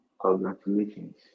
Congratulations